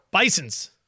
Bisons